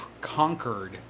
conquered